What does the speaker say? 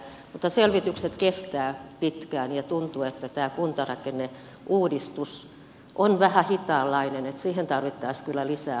mutta selvitykset kestävät pitkään ja tuntuu että tämä kuntarakenneuudistus on vähän hitaanlainen että siihen tarvittaisiin kyllä lisää potkua